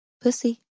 Pussy